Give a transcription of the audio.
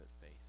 faith